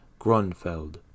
Grunfeld